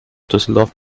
düsseldorf